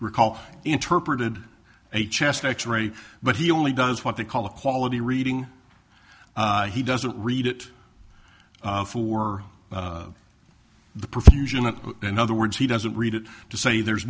recall interpreted a chest x ray but he only does what they call a quality reading he doesn't read it for the profusion of in other words he doesn't read it to say there's